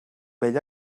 bell